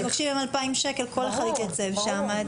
אם תבקשי מהם 2,000 שקל, כל אחד יתייצב שם.